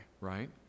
right